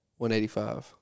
185